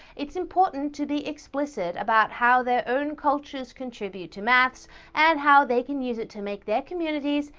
it's important to be explicit about how their own cultures contribute to maths and how they can use it to make their communities,